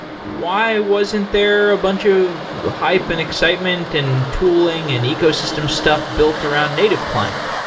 why wasn't there a bunch of hype and excitement and tooling and ecosystem stuff built around native client?